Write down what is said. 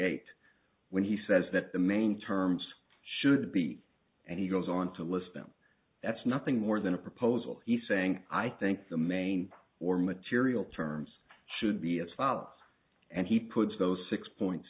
eight when he says that the main terms should be and he goes on to list them that's nothing more than a proposal he's saying i think the main or material terms should be as follows and he puts those six points